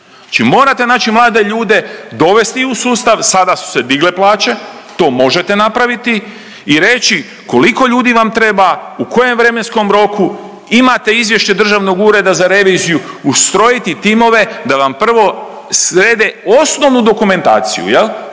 morate naći mlade ljude, dovesti u sustav, sada su se digle plaće, to možete napraviti i reći koliko ljudi vam treba, u kojem vremenskom roku, imate izvješće Državnog ureda za reviziju, ustrojiti timove da vam prvo srede osnovnu dokumentaciju jel